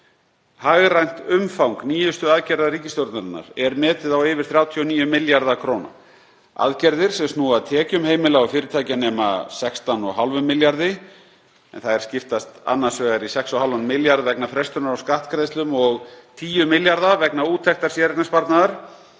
Hagrænt umfang nýjustu aðgerða ríkisstjórnarinnar er metið á yfir 39 milljarða kr. Aðgerðir sem snúa að tekjum heimila og fyrirtækja nema 16,5 milljörðum, en þær skiptast annars vegar í 6,5 milljarða vegna frestunar á skattgreiðslum og 10 milljarða vegna úttektar séreignarsparnaðar.